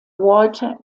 walter